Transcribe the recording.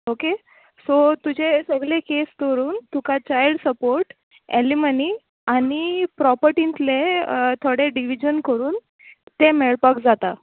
okay so तुजे हे सगळे केस करून तुका चायल्ड सपोर्ट एलिमनी आनी प्रोपर्टी कितले थोडे डिवीजन करून तें मेळपाक जाता